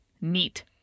neat